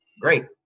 Great